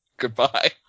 Goodbye